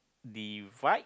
divide